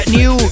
new